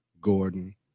Gordon